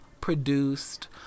produced